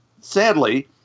Sadly